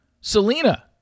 Selena